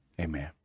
Amen